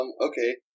Okay